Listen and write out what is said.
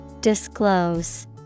Disclose